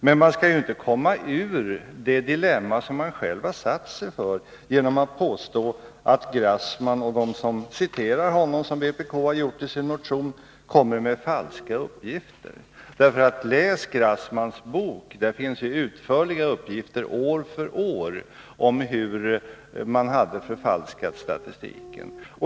Men man kan inte komma ur det dilemma som man själv har satt sig i genom att påstå att Grassman och de som citerar honom — som vpk har gjort i sin motion — kommer med falska uppgifter. Läs Grassmans bok! Där finns utförliga uppgifter, år för år, om hur man hade förfalskat statistiken.